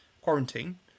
quarantine